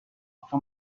آخه